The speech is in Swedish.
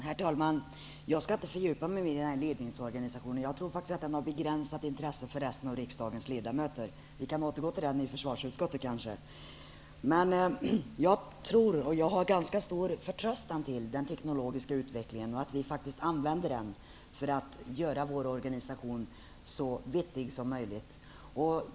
Herr talman! Jag skall inte fördjupa mig ytterligare i detta med ledningsorganisationen, vilken jag faktiskt tror är av begränsat intresse för övriga riksdagsledamöter. Men vi kanske kan återgå till den frågan i försvarsutskottet. Jag tror på och känner ganska stor förtröstan när det gäller den teknologiska utvecklingen. Jag tror att vi faktiskt utnyttjar den i syfte att göra vår organisation så vettig som möjligt.